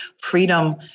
freedom